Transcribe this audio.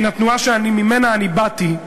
בתנועה שממנה אני באתי,